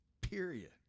period